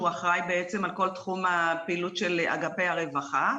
הוא אחראי על כל תחום הפעילות של אגפי הרווחה.